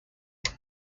them